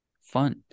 Fun